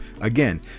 Again